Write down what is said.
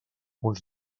uns